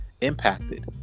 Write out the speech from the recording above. impacted